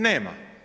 Nema!